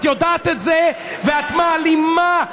את יודעת את זה ואת מעלימה.